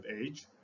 age